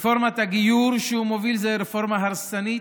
רפורמת הגיור שהוא מוביל היא רפורמה הרסנית,